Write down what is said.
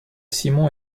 simon